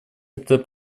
это